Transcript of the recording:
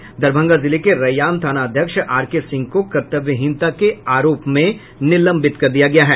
दरभंगा जिले के रैयाम थानाध्यक्ष आरके सिंह को कर्तव्यहीनता के आरोप में निलंबित कर दिया गया है